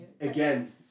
Again